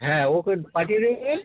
হ্যাঁ ওকে পাঠিয়ে দেবেন